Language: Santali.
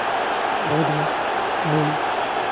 ᱟᱵᱚᱫᱚ ᱵᱚᱱ